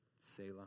Selah